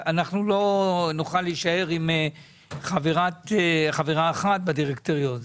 אנחנו לא נוכל להישאר עם חברה אחת בדירקטוריון,